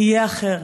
יהיה אחר,